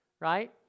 right